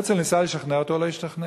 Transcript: הרצל ניסה לשכנע אותו, הוא לא השתכנע.